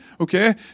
Okay